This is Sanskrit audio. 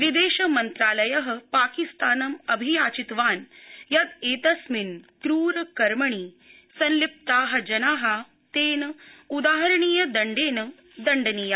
विदेश मन्त्रालय पाकिस्तानम् अभियाचितवात् यद् एतस्मिन् क्रूर कर्मणि संलिप्ता जना तेन उदाहरणीय दण्डेन दण्डनीया